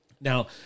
Now